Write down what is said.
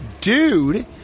dude